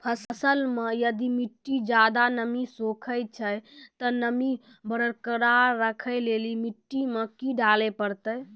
फसल मे यदि मिट्टी ज्यादा नमी सोखे छै ते नमी बरकरार रखे लेली मिट्टी मे की डाले परतै?